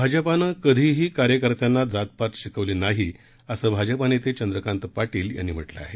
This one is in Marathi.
भाजपानं कधीही कार्यकर्त्यांना जातपात शिकवली नाही असं भाजपा नेते चंद्रकांत पाटील यांनी म्हटलं आहे